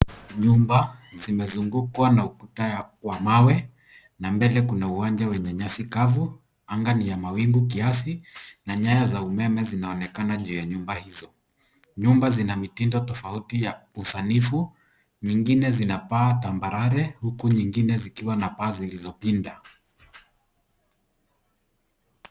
Nyumba zimezungukwa na ukuta wa mawe na mbele kuna uwanja wenye nyasi kavu. Anga ni ya mawingu kiasi na nyaya za umeme zinaonekana juu ya nyumba hizo. Nyumba zina mitindo tofauti ya usanifu, nyingine zina paa tambarare huku nyingine zikiwa na paa zilizopinda.